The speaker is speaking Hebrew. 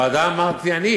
לוועדה, אמרתי אני.